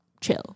chill